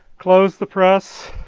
close the press,